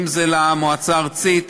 אם זה למועצה הארצית,